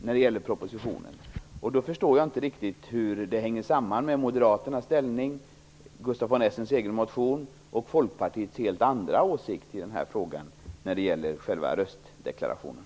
Då förstår jag inte riktigt hur det hänger samman när det gäller röstdeklarationen och moderaternas inställning, Gustaf von Essens egen motion och Folkpartiets helt andra åsikt i frågan.